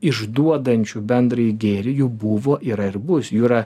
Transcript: išduodančių bendrąjį gėrį jų buvo yra ir bus jų yra